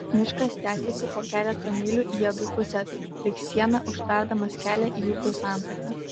miškas tęsėsi po keletą mylių į abi puses lyg siena užtverdamas kelią į upių santaką